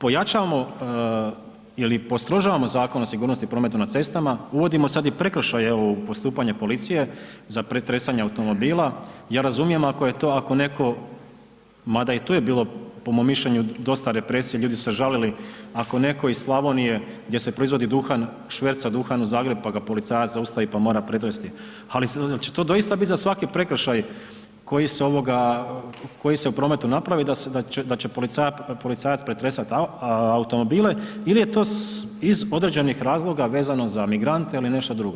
Pojačavamo ili postrožavamo Zakon o sigurnosti prometa na cestama, uvodimo sad i prekršaje u postupanje policije za pretresanje automobila, ja razumijem ako je to, ako je netko, ma da je i tu je bilo po mom mišljenju dosta represije, ljudi su se žalili ako netko iz Slavonije gdje se proizvodi duhan, šverca duhan u Zagreb, pa ga policajac zaustavi pa mora pretresti, ali hoće to doista biti za svaki prekršaj koji se u prometu napravi da će policajac pretresati automobile ili je to iz određenih razloga vezano za migrante ili nešto drugo.